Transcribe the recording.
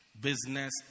business